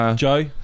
Joe